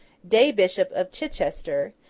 day bishop of chichester,